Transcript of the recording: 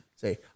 Say